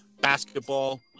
basketball